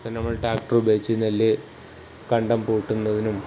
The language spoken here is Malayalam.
പിന്നെ നമ്മൾ ടാക്ടർ ഉപയോഗിച്ച് നെല്ല് കണ്ടം പൂട്ടുന്നതിനും